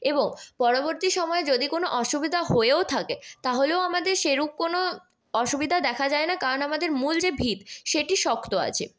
এবং পরবর্তী সময় যদি কোনও অসুবিধা হয়েও থাকে তাহলেও আমাদের সেরূপ কোনও অসুবিধা দেখা যায় না কারণ আমাদের মূল যে ভিত সেটি শক্ত আছে